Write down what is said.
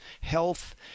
health